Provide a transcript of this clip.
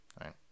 right